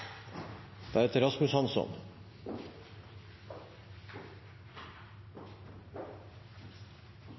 og Rasmus Hansson